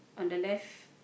on the left